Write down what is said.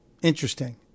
interesting